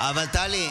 אבל טלי,